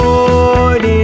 Lord